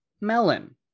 Melon